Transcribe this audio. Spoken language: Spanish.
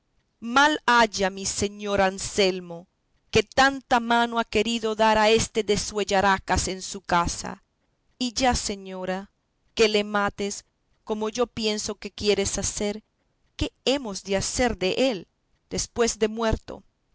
mal haya mi señor anselmo que tanto mal ha querido dar a este desuellacaras en su casa y ya señora que le mates como yo pienso que quieres hacer qué hemos de hacer dél después de muerto